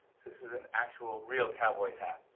this is an actual, real cowboy's hat.